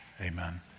Amen